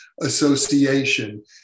Association